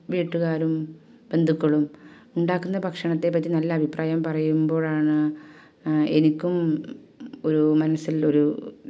വീട്ടുക്കാരും ബന്ധുക്കളും ഉണ്ടാക്കുന്ന ഭക്ഷണത്തെപ്പറ്റി നല്ല അഭിപ്രായം പറയുമ്പോഴാണ് എനിക്കും ഒരു മനസ്സിൽ ഒരു